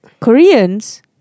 Koreans